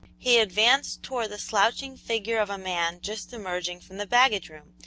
he advanced towards the slouching figure of a man just emerging from the baggage-room,